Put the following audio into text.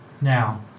Now